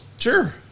Sure